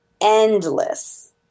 Endless